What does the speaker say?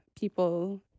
people